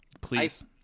Please